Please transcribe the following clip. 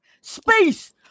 Space